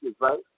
Right